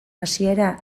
hasiera